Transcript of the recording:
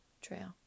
trail